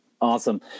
Awesome